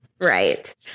Right